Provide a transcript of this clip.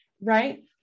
right